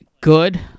good